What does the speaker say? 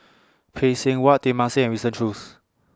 Phay Seng Whatt Teng Mah Seng and Winston Choos